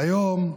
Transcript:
והיום,